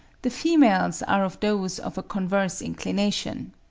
the females are of those of a converse inclination.